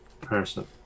person